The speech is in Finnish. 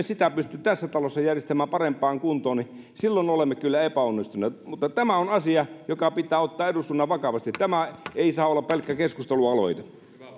sitä pysty tässä talossa järjestämään parempaan kuntoon silloin olemme kyllä epäonnistuneet tämä on asia joka pitää eduskunnan ottaa vakavasti tämä ei saa olla pelkkä keskustelualoite